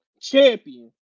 champion